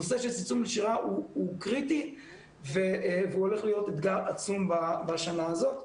הנושא של צמצום נשירה הוא קריטי והוא הולך להיות אתגר עצום בשנה הזאת.